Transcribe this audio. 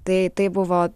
tai tai buvo